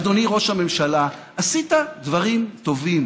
אדוני ראש הממשלה, עשית דברים טובים